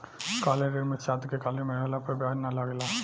college ऋण में छात्र के कॉलेज में रहला पर ब्याज ना लागेला